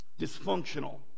dysfunctional